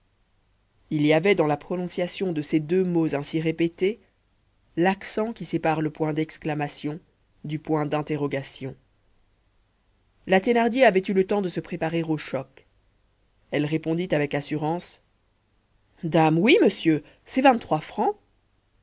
il y avait dans la prononciation de ces deux mots ainsi répétés l'accent qui sépare le point d'exclamation du point d'interrogation la thénardier avait eu le temps de se préparer au choc elle répondit avec assurance dame oui monsieur c'est vingt-trois francs